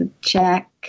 check